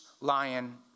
lion